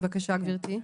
בבקשה גברתי.